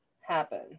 happen